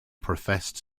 professed